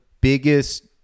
biggest